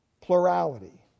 Plurality